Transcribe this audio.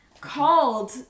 called